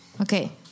Okay